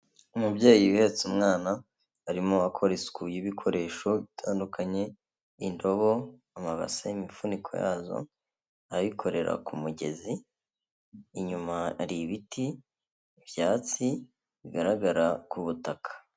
Umubyeyi uhetse umwana arimo arakora isuku y'ibikoresho bitandukanye, indobo, amabase, imifuniko yazo, arayikorera ku mugezi, inyuma hari ibiti, ibyatsi bigaragara ku butaka.